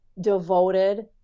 devoted